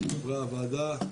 חבריי הוועדה,